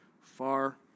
far